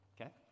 Okay